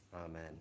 amen